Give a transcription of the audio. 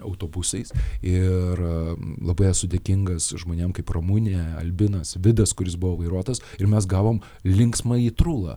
autobusais ir labai esu dėkingas žmonėm kaip ramunė albinas vidas kuris buvo vairuotojas ir mes gavom linksmąjį trūlą